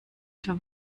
viel